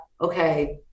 okay